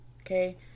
okay